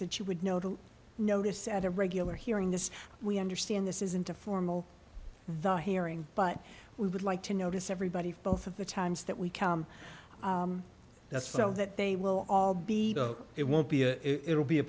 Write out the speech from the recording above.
that you would know to notice at a regular hearing this we understand this isn't a formal the hearing but we would like to notice everybody both of the times that we come that's so that they will all be it won't be a it will be a